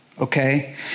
okay